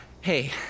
hey